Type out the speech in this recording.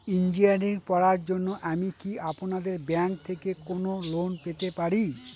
Engineering পড়ার জন্য আমি কি আপনাদের ব্যাঙ্ক থেকে কোন লোন পেতে পারি?